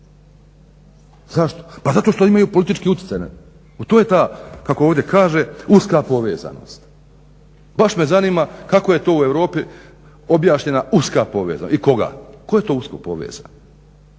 Zašto? Pa zato što imaju politički utjecaj. To je ta kako ovdje kaže uska povezanost. Baš me zanima kako je to u Europi objašnjena uska povezanost i koga? Tko je to usko povezan?